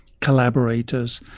collaborators